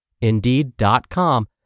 Indeed.com